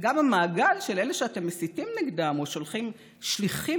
וגם המעגל של אלה שאתם מסיתים נגדם או שולחים שליחים